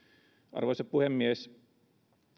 arvoisa puhemies